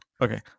Okay